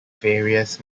various